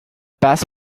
bass